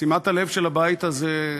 שימת הלב של הבית הזה,